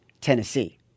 Tennessee